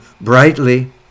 brightly